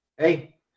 Hey